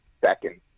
second